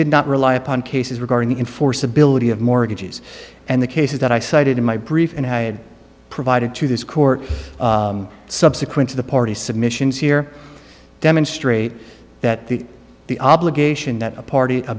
did not rely upon cases regarding the enforceability of mortgages and the cases that i cited in my brief and had provided to this court subsequent to the party submissions here demonstrate that the the obligation that a party a